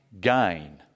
gain